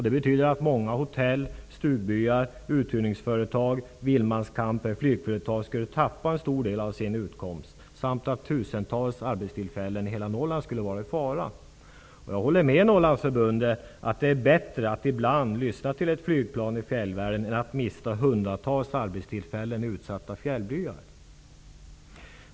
Det betyder att många hotell, stugbyar, uthyrningsföretag, vildmarkscamper och flygföretag skulle tappa en stor del av sin utkomst samt att tusentals arbetstillfällen i hela Norrland skulle vara i fara. Jag håller med Norrlandsförbundet om att det är bättre att ibland lyssna till ett flygplan i fjällvärlden än att mista hundratals arbetstillfällen i utsatta fjällbyar.